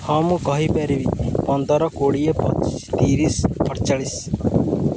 ହଁ ମୁଁ କହିପାରିବି ପନ୍ଦର କୋଡ଼ିଏ ତିରିଶ ଅଠଚାଳିଶ